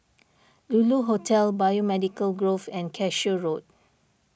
Lulu Hotel Biomedical Grove and Cashew Road